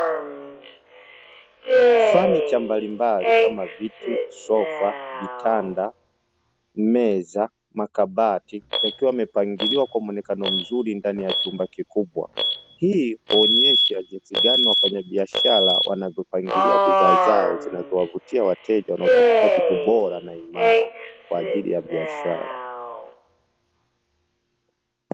Fanicha mbalimbali kama viti, sofa, vitanda, meza, makabati yakiwa yamepangiliwa kwa muonekano mzuri ndani ya chumba kikubwa, hii kuonyesha jinsi gani wafanyabiashara wanavyopangilia bidhaa zao zinazowavutia wateja wanaotafuta vitu bora na imara kwa ajili ya biashara.